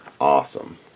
Awesome